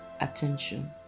attention